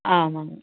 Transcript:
ஆ ஆமாங்க